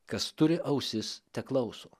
kas turi ausis teklauso